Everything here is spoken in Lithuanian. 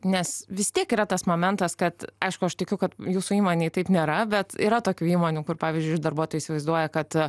nes vis tiek yra tas momentas kad aišku aš tikiu kad jūsų įmonėj taip nėra bet yra tokių įmonių kur pavyzdžiui darbuotojai įsivaizduoja kad